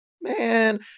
man